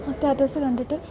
ആ സ്റ്റാറ്റസ് കണ്ടിട്ട്